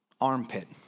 armpit